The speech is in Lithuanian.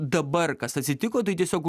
dabar kas atsitiko tai tiesiog